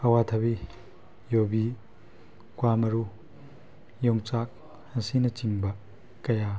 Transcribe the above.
ꯑꯋꯥ ꯊꯕꯤ ꯌꯨꯕꯤ ꯀ꯭ꯋꯥ ꯃꯔꯨ ꯌꯣꯡꯆꯥꯛ ꯑꯁꯤꯅ ꯆꯤꯡꯕ ꯀꯌꯥ